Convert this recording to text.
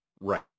right